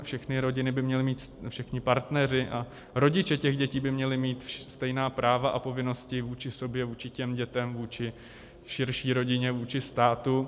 Všechny rodiny by měly mít a všichni partneři a rodiče těch dětí by měli mít stejná práva a povinnosti vůči sobě, vůči dětem, vůči širší rodině, vůči státu.